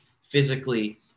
physically